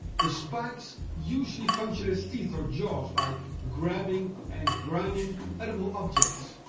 the spikes usually function as teeth or jaws by grabbing and grinding edible objects.